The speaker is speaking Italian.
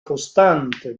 costante